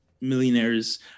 millionaires